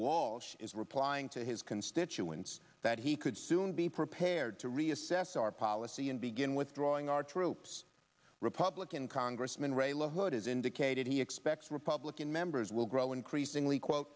walsh is replying to his constituents that he could soon be prepared to reassess our policy and begin withdrawing our troops republican congressman ray la hood has indicated he expects republican members will grow increasingly quote